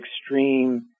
extreme